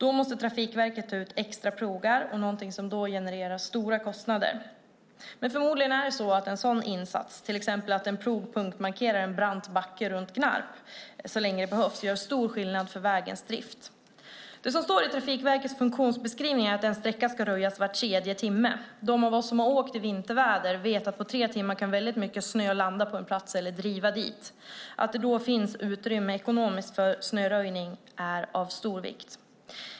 Då måste Trafikverket ta ut extra plogar, vilket genererar stora kostnader. En sådan åtgärd som till exempel att en plog punktmarkerar en brant backe i Gnarp så länge det behövs gör stor skillnad för vägens drift. I Trafikverkets funktionsbeskrivning står det att en sträcka ska röjas var tredje timme. De av oss som har åkt i vinterväder vet att på tre timmar kan mycket snö landa på en plats eller driva dit. Att det då finns ekonomiskt utrymme för snöröjning är av stor vikt.